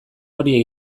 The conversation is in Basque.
hori